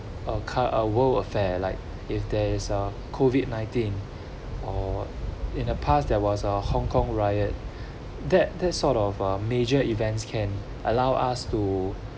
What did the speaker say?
a cur~ a world affair like if there's a COVID nineteen or in the past there was a hong kong riot that that sort of a major events can allow us to